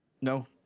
No